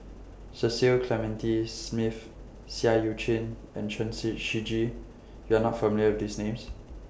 Cecil Clementi Smith Seah EU Chin and Chen Say Shiji YOU Are not familiar with These Names